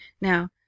now